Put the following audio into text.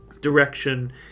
direction